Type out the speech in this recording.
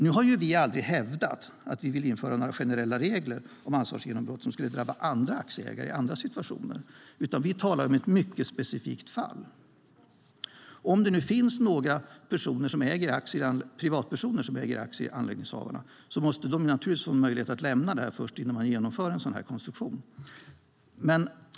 Nu har vi aldrig hävdat att vi vill införa några generella regler om ansvarsgenombrott som skulle drabba andra aktieägare i andra situationer. Vi talar om ett mycket specifikt fall. Om det finns några privatpersoner som äger aktier i anläggningshavarna, måste de naturligtvis få möjlighet att lämna dem innan en sådan konstruktion genomförs.